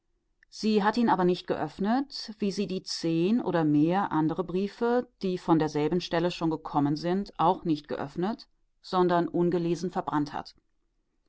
sie hat ihn aber nicht geöffnet wie sie zehn oder mehr andere briefe die von derselben stelle schon gekommen sind auch nicht geöffnet sondern ungelesen verbrannt hat